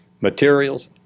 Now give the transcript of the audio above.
materials